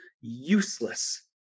useless